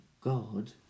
God